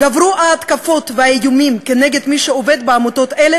גברו ההתקפות והאיומים נגד מי שעובד בעמותות אלה